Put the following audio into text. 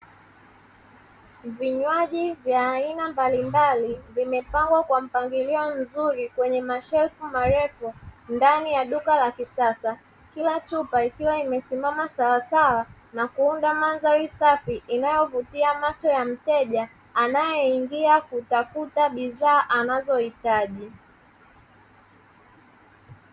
Vinywaji vya aina mbalimbali vimepangwa kwa mpangilio mzuri kwenye mashelfu marefu ndani ya duka la kisasa, kila chupa ikiwa imesimama sawasawa na kuunda mandhari safi inayovutia macho ya mteja anayeingia kutafuta bidhaa anazohitaji.